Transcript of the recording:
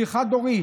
שהיא חד-הורית,